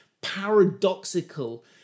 paradoxical